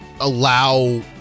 allow